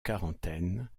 quarantaine